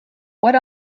what